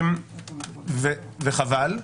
וחבל,